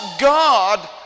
God